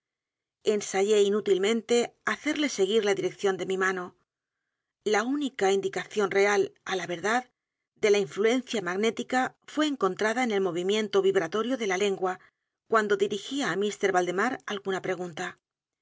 ensayó inútilmente hacerle seguir la dirección de mi mano la única indicación real á la verdad de la influencia magnética fué encontrada en el movimiento vibratorio de la lengua ouando dirigía á mr valdemar alguna